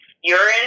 urine